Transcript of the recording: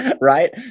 Right